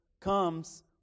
comes